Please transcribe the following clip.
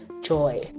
joy